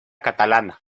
catalana